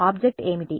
object ఏమిటి